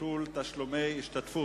ביטול תשלומי השתתפות),